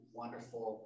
wonderful